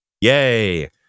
Yay